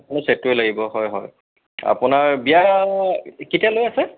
ছেটটোৱে লাগিব হয় হয় আপোনাৰ বিয়া কেতিয়ালৈ আছে